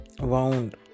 wound